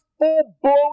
full-blown